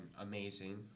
amazing